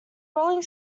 rolling